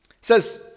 says